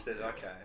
okay